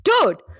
dude